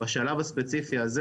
בשלב הספציפי הזה,